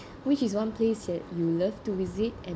which is one place that you love to visit and